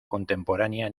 contemporánea